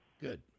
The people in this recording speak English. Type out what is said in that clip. Good